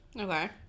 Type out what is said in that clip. Okay